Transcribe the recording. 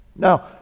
Now